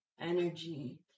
energy